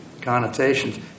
connotations